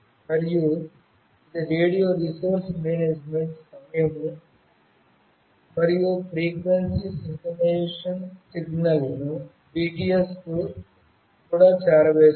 మరియు ఇది radio resource management సమయం మరియు ఫ్రీక్వెన్సీ సింక్రొనైజేషన్ సిగ్నల్ లను BTS కి అమలు చేస్తుంది